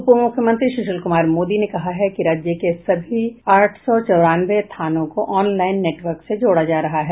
उपमुख्यमंत्री सुशील कुमार मोदी ने कहा है कि राज्य के सभी आठ सौ चौरानवें थाने को ऑनलाईन नेटवर्क से जोड़ा जा रहा है